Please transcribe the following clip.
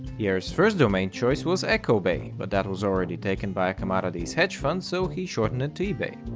pierre's first domain choice was echobay, but that was already taken by a commodities hedge fund, so he shortened it to ebay.